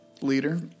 leader